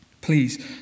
Please